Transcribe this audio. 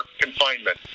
confinement